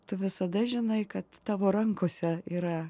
tu visada žinai kad tavo rankose yra